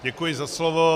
Děkuji za slovo.